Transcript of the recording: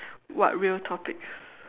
what real topics